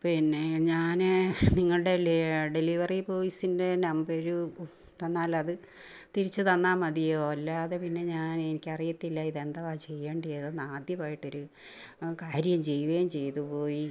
പിന്നെ ഞാൻ നിങ്ങളുടെ ഡെലിവറി ബോയ്സിൻ്റെ നമ്പരു തന്നാലത് തിരിച്ചു തന്നാൽ മതിയോ അല്ലാതെ പിന്നെ ഞാൻ എനിക്കറിയത്തില്ല ഇതെന്തുവാ ചെയ്യേണ്ടിയതെന്ന് ആദ്യമായിട്ടൊരു കാര്യം ചെയ്യുകേം ചെയ്തു പോയി